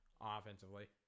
offensively